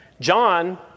John